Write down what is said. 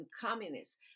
communists